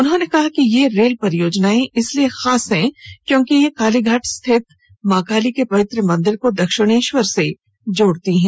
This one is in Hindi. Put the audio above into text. उन्होंने कहा कि यह रेल परियोजना इसलिए खास है क्योंकि यह कालीघाट स्थित मां काली के पवित्र मंदिर को दक्षिणेश्वर से जोड़ती है